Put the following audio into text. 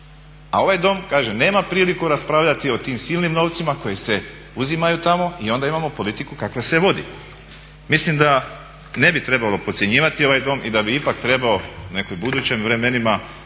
A ovaj Dom, kažem nema priliku raspravljati o tim silnim novcima koji se uzimaju tamo i onda imamo politiku kakva se vodi. Mislim da ne bi trebalo podcjenjivati ovaj dom i da bi ipak trebao u nekim budućim vremenima